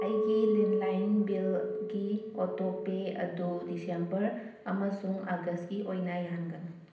ꯑꯩꯒꯤ ꯂꯦꯟꯂꯥꯏꯟ ꯕꯤꯜꯒꯤ ꯑꯣꯇꯣꯄꯦ ꯑꯗꯨ ꯗꯤꯁꯦꯝꯕꯔ ꯑꯃꯁꯨꯡ ꯑꯥꯒꯁꯀꯤ ꯑꯣꯏꯅ ꯌꯥꯍꯟꯒꯅꯨ